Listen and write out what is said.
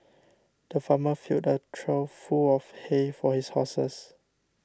the farmer filled a trough full of hay for his horses